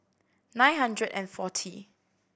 nine hundred and forty